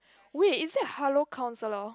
wait is that Hello-Counselor